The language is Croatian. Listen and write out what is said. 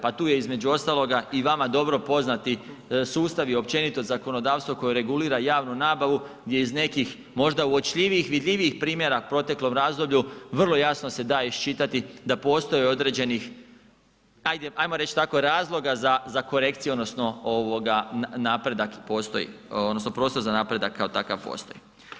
Pa tu je između ostaloga i vama dobro poznati sustav i općenito zakonodavstvo koje regulira javnu nabavu gdje iz nekih možda uočljivijih, vidljivijih primjera u proteklom razdoblju vrlo jasno se da iščitati da postoje određeni ajmo reći tako razloga za korekciju odnosno napredak prostor za napredak kao takav postoji.